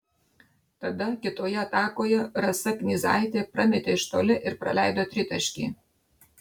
tada kitoje atakoje rasa knyzaitė prametė iš toli ir praleido tritaškį